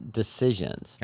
decisions